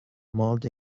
mod